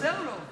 אני עוזר לו.